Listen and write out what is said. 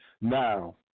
now